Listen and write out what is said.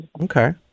Okay